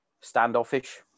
standoffish